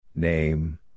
Name